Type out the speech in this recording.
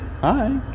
Hi